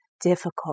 difficult